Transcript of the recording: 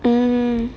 mm